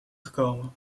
gekomen